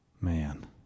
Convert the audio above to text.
Man